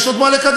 יש עוד מה לקדם,